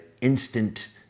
instant